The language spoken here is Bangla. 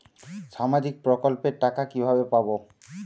সামাজিক প্রকল্পের টাকা কিভাবে পাব?